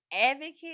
advocate